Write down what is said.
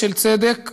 של צדק,